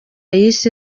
yise